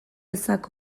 ezak